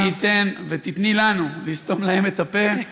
מי ייתן ותיתני לנו לסתום להם את הפה,